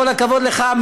כל הכבוד לך,